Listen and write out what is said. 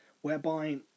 Whereby